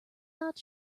not